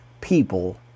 people